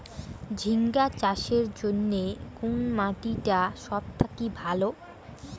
ঝিঙ্গা চাষের জইন্যে কুন মাটি টা সব থাকি ভালো?